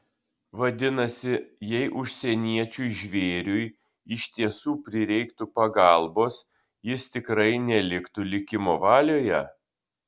vadinasi jei užsieniečiui žvėriui iš tiesų prireiktų pagalbos jis tikrai neliktų likimo valioje